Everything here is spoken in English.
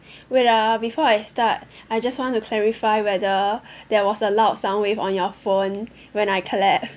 wait ah before I start I just want to clarify whether there was a loud sound wave on your phone when I clap